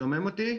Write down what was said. שומעים אותי?